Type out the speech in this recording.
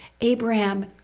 Abraham